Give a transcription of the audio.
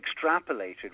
extrapolated